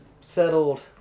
settled